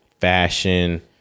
fashion